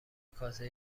کاسه